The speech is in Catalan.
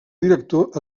director